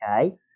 okay